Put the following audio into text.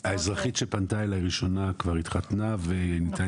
האזרחית הראשונה שפנתה אלי כבר התחתנה ונהייתה